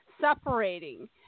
separating